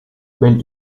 belle